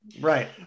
right